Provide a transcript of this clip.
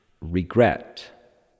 regret